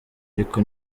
ariko